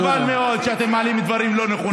חבל מאוד שאתם מעלים דברים לא נכונים.